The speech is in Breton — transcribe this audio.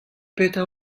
petra